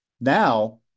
Now